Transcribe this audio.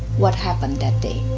what happened that day,